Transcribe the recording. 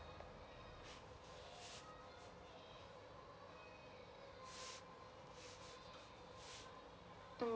mm